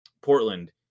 Portland